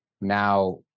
Now